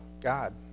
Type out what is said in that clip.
God